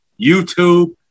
YouTube